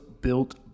built